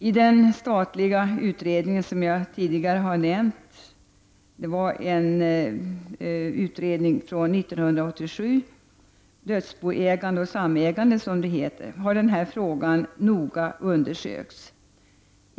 I den statliga utredning som jag tidigare har nämnt, Dödsboägande och samägande från 1987, har den här frågan noga undersökts.